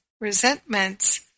resentments